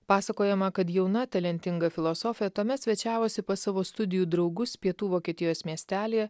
pasakojama kad jauna talentinga filosofė tuomet svečiavosi pas savo studijų draugus pietų vokietijos miestelyje